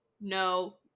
no